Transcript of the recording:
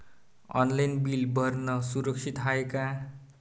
Online bill भरनं सुरक्षित हाय का?